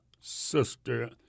sister